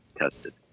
tested